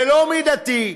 ולא מידתי,